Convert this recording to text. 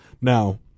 Now